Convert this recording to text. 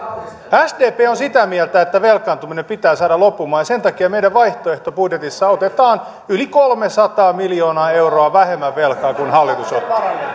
sdp on sitä mieltä että velkaantuminen pitää saada loppumaan ja sen takia meidän vaihtoehtobudjetissamme otetaan yli kolmesataa miljoonaa euroa vähemmän velkaa kuin hallitus otti